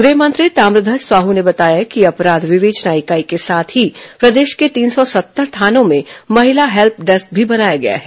गृह मंत्री ताम्रध्वज साहू ने बताया कि अपराध विवेचना इकाई के साथ ही प्रदेश के तीन सौ सत्तर थानों में महिला हेल्प डेस्क भी बनाया गया है